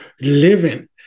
living